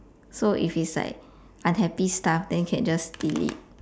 so if it's like unhappy stuff then can just delete